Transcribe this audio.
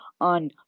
on